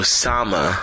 Osama